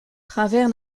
travers